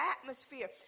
atmosphere